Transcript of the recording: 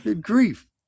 grief